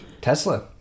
Tesla